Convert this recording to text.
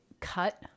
cut